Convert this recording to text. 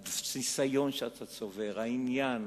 הניסיון שאתה צובר, העניין